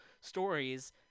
stories